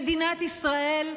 מדינת ישראל,